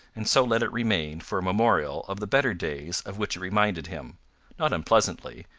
and so let it remain for a memorial of the better days of which it reminded him not unpleasantly,